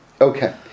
Okay